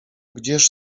gdzież